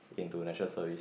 into National Service